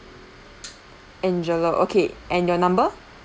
angela okay and your number